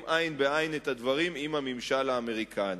עין בעין את הדברים עם הממשל האמריקני.